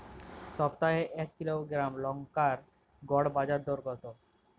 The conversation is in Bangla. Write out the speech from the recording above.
সপ্তাহে এক কিলোগ্রাম লঙ্কার গড় বাজার দর কতো?